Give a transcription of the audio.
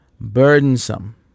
burdensome